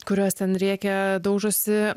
kurios ten rėkia daužosi